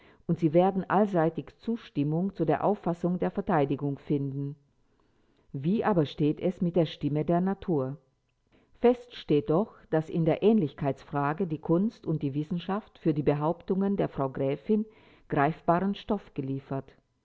und sie werden allseitig zustimmung zu der auffassung der verteidigung finden wie aber steht es denn mit der stimme der natur fest steht doch daß in der ähnlichkeitsfrage die kunst und die wissenschaft für die behauptungen der frau gräfin greifbaren stoff geliefert